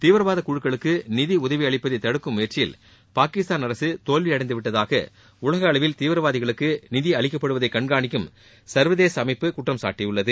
தீவிரவாத குழுக்வளுக்கு நிதி உதவி அளிப்பதை தடுக்கும் முயற்சியில் பாகிஸ்தான் அரசு தோல்வியடைந்துவிட்டதாக உலகளவில் தீவிரவாதிகளுக்கு நிதி அளிக்கப்படுவதை கண்காணிக்கும் சர்வதேச அமைப்பு குற்றம் சாட்டியுள்ளது